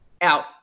out